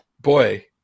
boy